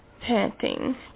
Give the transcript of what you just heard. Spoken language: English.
panting